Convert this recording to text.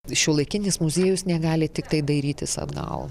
šiuolaikinis muziejus negali tiktai dairytis atgal